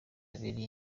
abiri